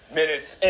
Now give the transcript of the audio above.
minutes